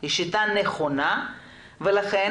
היא שיטה נכונה ולכן,